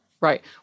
Right